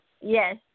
Yes